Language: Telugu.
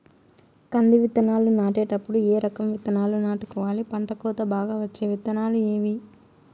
కంది విత్తనాలు నాటేటప్పుడు ఏ రకం విత్తనాలు నాటుకోవాలి, పంట కోత బాగా వచ్చే విత్తనాలు ఏవీ?